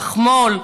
לחמול,